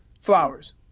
flowers